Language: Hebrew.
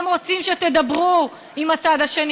הם רוצים שתדברו עם הצד השני.